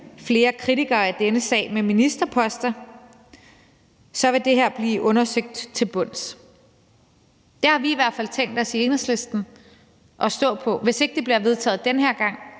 flere kritikere af denne sag med ministerposter, vil det her blive undersøgt til bunds. Det har vi i hvert fald i Enhedslisten tænkt os at stå på. Hvis ikke det bliver vedtaget den her gang,